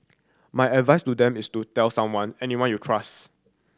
my advice to them is to tell someone anyone you trust